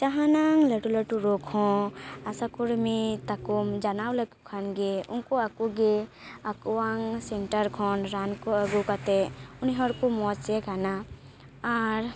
ᱡᱟᱦᱟᱱᱟᱝ ᱞᱟᱹᱴᱩ ᱞᱟᱹᱴᱩ ᱨᱳᱜᱽ ᱦᱚᱸ ᱟᱥᱟ ᱠᱚᱨᱢᱤ ᱛᱟᱠᱚᱢ ᱡᱟᱱᱟᱣ ᱞᱮᱠᱚ ᱠᱷᱟᱱ ᱜᱮ ᱩᱱᱠᱩᱭᱟᱜ ᱟᱠᱚ ᱜᱮ ᱟᱠᱚᱣᱟᱝ ᱥᱮᱱᱴᱟᱨ ᱠᱷᱚᱱ ᱨᱟᱱ ᱠᱚ ᱟᱹᱜᱩ ᱠᱟᱛᱮ ᱩᱱᱤ ᱦᱚᱲ ᱠᱚ ᱢᱚᱡᱮ ᱠᱟᱱᱟ ᱟᱨ